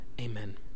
Amen